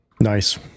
Nice